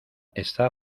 está